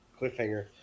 cliffhanger